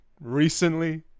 recently